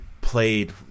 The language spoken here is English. played